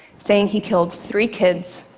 saying he killed three kids,